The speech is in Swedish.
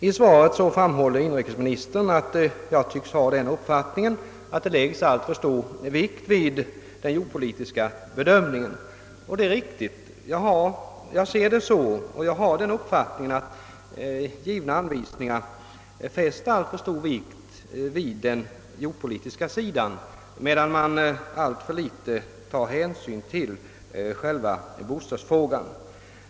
I svaret framhåller inrikesministern att jag tycks ha den uppfattningen att det lägges alltför stor vikt vid den jordpolitiska bedömningen. Ja, det är riktigt. Enligt min uppfattning fäster givna anvisningar alltför stor vikt vid den jordpolitiska sidan, medan man alltför litet tar hänsyn till själva bostadsfrågan.